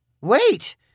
Wait